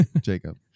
Jacob